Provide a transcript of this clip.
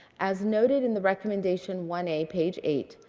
as noted in the recommendation one a page eight,